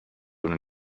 ohne